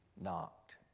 knocked